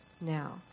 now